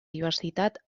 diversitat